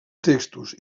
textos